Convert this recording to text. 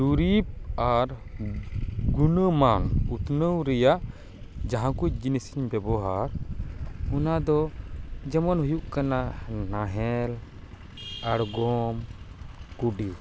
ᱫᱩᱨᱤᱵ ᱟᱨ ᱜᱩᱱᱚᱢᱟᱱ ᱩᱛᱱᱟᱹᱣ ᱨᱮᱭᱟᱜ ᱡᱟᱦᱟᱸ ᱠᱩᱡ ᱡᱤᱱᱤᱥ ᱤᱧ ᱵᱮᱵᱚᱦᱟᱨ ᱚᱱᱟ ᱫᱚ ᱡᱮᱢᱚᱱ ᱦᱩᱭᱩᱜ ᱠᱟᱱᱟ ᱱᱟᱦᱮᱞ ᱟᱲᱜᱚᱢ ᱠᱩᱰᱤ